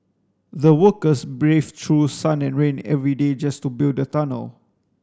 the workers braved through sun and rain every day just to build the tunnel